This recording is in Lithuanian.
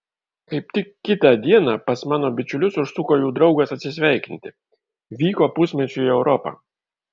kaip tik kitą dieną pas mano bičiulius užsuko jų draugas atsisveikinti vyko pusmečiui į europą